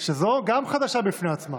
שזו גם חדשה בפני עצמה.